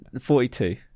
Forty-two